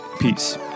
Peace